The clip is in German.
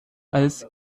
als